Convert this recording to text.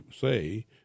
say